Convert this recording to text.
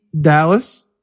Dallas